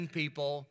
people